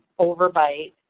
overbite